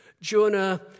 Jonah